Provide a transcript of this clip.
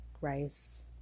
rice